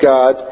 God